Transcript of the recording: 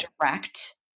direct